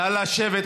נא לשבת.